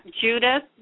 Judith